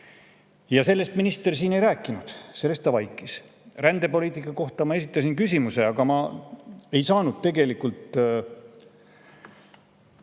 Sellest minister siin ei rääkinud, sellest ta vaikis. Rändepoliitika kohta esitasin ma küsimuse, aga ma ei saanud tegelikult